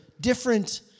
different